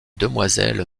demoiselle